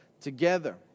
together